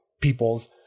peoples